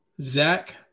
Zach